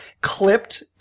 clipped